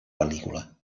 pel·lícula